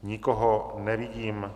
Nikoho nevidím.